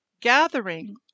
gathering